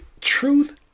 truth